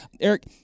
Eric